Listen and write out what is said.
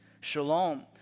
shalom